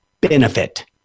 benefit